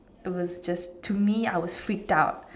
it was just to be I was freaked out